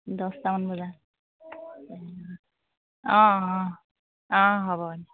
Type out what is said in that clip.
দহটামান বজাত অঁ অঁ অঁ হ'ব